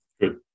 Good